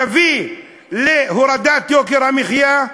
תביא להורדת יוקר המחיה?